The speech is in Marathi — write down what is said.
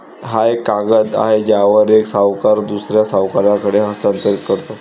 हा एक कागद आहे ज्यावर एक सावकार दुसऱ्या सावकाराकडे हस्तांतरित करतो